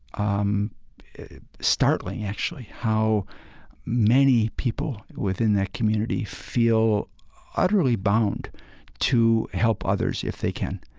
um startling, actually, how many people within that community feel utterly bound to help others if they can.